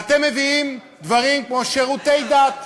אתם מביאים, כמו שירותי דת,